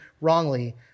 wrongly